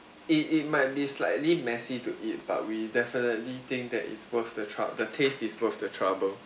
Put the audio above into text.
it it might be slightly messy to eat but we definitely think that it's worth the troub~ the taste is worth the trouble